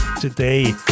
today